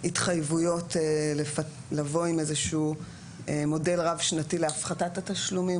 התחייבויות לבוא עם איזה שהוא מודל רב שנתי להפחתת התשלומים.